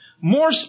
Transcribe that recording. More